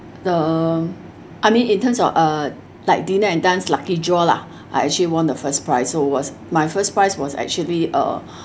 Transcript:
the I mean in terms of uh like dinner and dance lucky draw lah I actually won the first prize so was my first prize was actually uh